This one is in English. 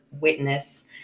witness